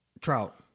Trout